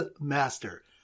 master